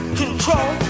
control